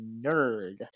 nerd